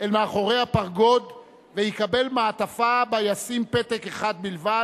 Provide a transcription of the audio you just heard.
מאחורי הפרגוד ויקבל מעטפה שבה ישים פתק אחד בלבד,